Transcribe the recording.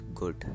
good